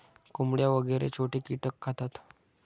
कोंबड्या वगैरे छोटे कीटक खातात